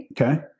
Okay